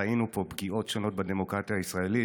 ראינו פה פגיעות שונות בדמוקרטיה הישראלית.